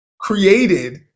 created